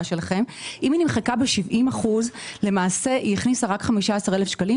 אם היא נמחקה ב-70% למעשה היא הכניסה רק 15,000 שקלים